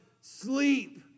sleep